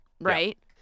right